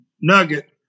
nugget